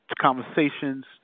conversations